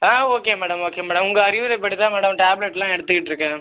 ஆ okay madam okay madam உங்கள் அறிவுரைபடி தான் மேடம் டேப்லெட்டுலாம் எடுத்துக்கிட்ருக்கேன்